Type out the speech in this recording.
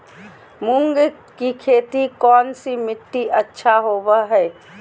मूंग की खेती कौन सी मिट्टी अच्छा होबो हाय?